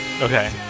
Okay